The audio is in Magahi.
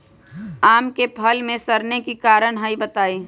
आम क फल म सरने कि कारण हई बताई?